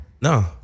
No